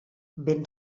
ben